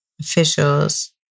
officials